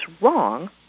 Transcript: wrong